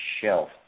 shelf